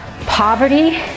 Poverty